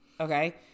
Okay